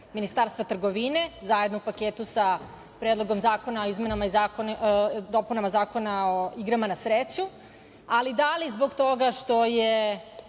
Ministarstva trgovine, zajedno u paketu sa Predlogom zakona o izmenama i dopunama Zakona na sreću, ali da li zbog toga što je